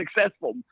successful